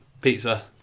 pizza